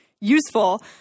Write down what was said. useful